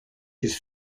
his